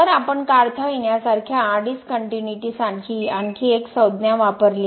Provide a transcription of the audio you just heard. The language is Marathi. तर आपण काढता येण्यासारख्या डीसकनट्युनिटीसाठी आणखी एक संज्ञा वापरली आहे